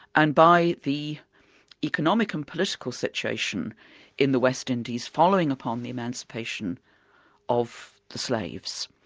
and by the economic and political situation in the west indies following upon the emancipation of the slaves.